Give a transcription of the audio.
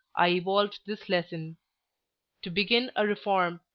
i evolved this lesson to begin a reform,